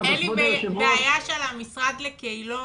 אין לי בעיה שעל המשרד לקהילות,